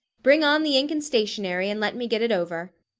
bring on the ink and stationary, and let me get it over.